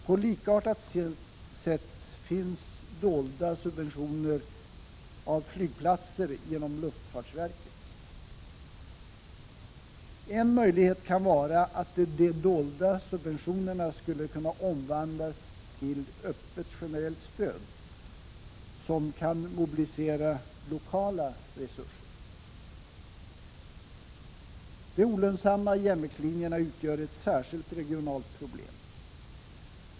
På likartat sätt finns dolda subventioner av flygplatser genom luftfartsverket. En möjlighet kan vara att de dolda subventionerna skulle omvandlas till öppet generellt stöd som kan mobilisera lokala resurser. De olönsamma järnvägslinjerna utgör ett särskilt regionalt problem.